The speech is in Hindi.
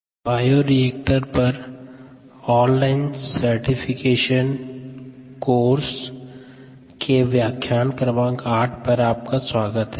Solution to PP 22 बायोरिएक्टर पर एनपीटीईएल ऑनलाइन सर्टिफिकेशन कोर्स के व्याख्यान क्रमांक 8 पर आपका स्वागत है